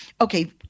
okay